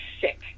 sick